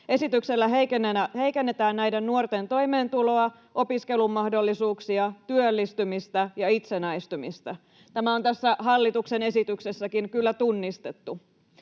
Esityksellä heikennetään näiden nuorten toimeentuloa, opiskelumahdollisuuksia, työllistymistä ja itsenäistymistä. Tämä on tässä hallituksen esityksessäkin kyllä tunnistettu.